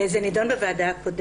בוועדה.